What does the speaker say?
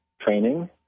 training